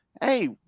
Hey